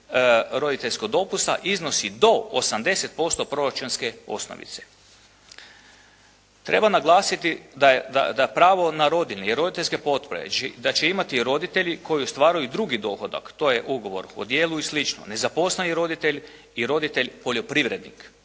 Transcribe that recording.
roditeljskog dopusta iznosi do 80% proračunske osnovice. Treba naglasiti da pravo na rodiljni i roditeljske potpore da će imati roditelji koji ostvaruju drugi dohodak, to je ugovor o djelu i sl., nezaposleni roditelj i roditelj poljoprivrednik,